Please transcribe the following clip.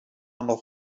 noch